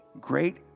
great